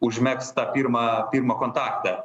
užmegzt tą pirmą pirmą kontaktą